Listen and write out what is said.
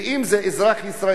אפילו אם הוא שוהה בחוץ-לארץ,